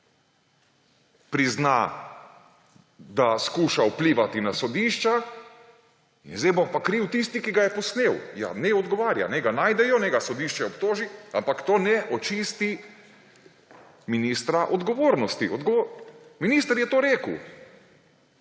prizna, da skuša vplivati na sodišča, zdaj pa bo kriv tisti, ki ga je posnel. Ja naj odgovarja! Naj ga najdejo, naj ga sodišče obtoži, ampak to ne očisti ministra odgovornosti. Minister je to rekel,